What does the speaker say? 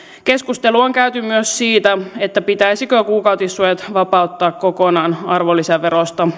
keskustelua on käyty joissakin maissa myös siitä pitäisikö kuukautissuojat vapauttaa kokonaan arvonlisäverosta